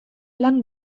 lan